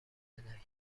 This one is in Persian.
بدهید